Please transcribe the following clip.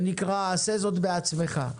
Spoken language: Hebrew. שנקרא "עשה זאת בעצמך",